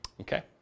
okay